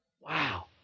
Wow